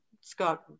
Scott